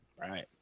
Right